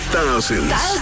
Thousands